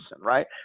right